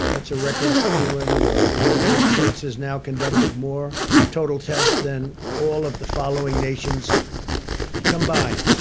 that's a record anywhere in the world. the united states has now conducted more total tests than all of the following nations combined.